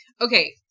Okay